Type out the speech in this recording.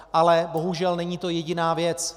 Ale bohužel, není to jediná věc.